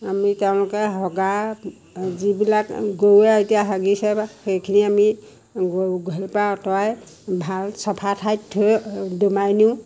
আমি তেওঁলোকে হগা যিবিলাক গৰুৱে এতিয়া হাগিছে সেইখিনি আমি গৰু ঘৰৰ পৰা আঁতৰাই ভাল চাফা ঠাইত থৈ দমাই নিওঁ